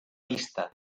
vista